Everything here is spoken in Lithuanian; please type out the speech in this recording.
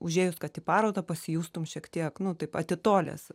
užėjus kad į parodą pasijustum šiek tiek nu taip atitolęs